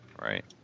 right